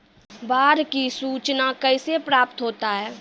बाढ की सुचना कैसे प्राप्त होता हैं?